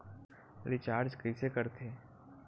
Recharge कइसे कर थे?